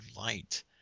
light